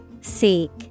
Seek